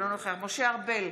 אינו נוכח משה ארבל,